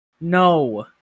No